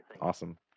awesome